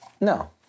No